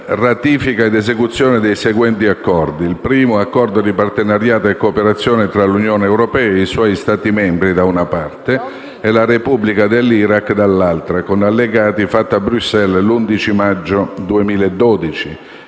ratifica ed esecuzione dei seguenti accordi: